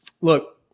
look